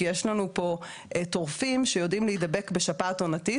כי יש לנו פה טורפים שיודעים להידבק בשפעת עונתית,